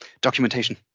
Documentation